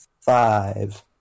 five